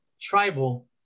tribal